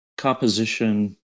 Composition